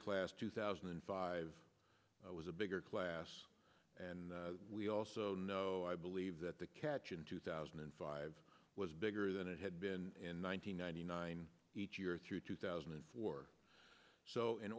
class two thousand and five it was a bigger class and we also know i believe that the catch in two thousand and five was bigger than it had been one thousand nine hundred nine each year through two thousand and four so in